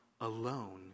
alone